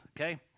okay